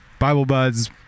BibleBuds